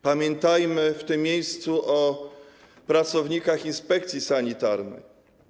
Pamiętajmy w tym miejscu o pracownikach inspekcji sanitarnej.